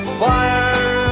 fire